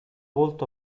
volto